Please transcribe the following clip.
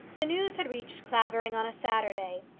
the news had reached clavering on a saturday.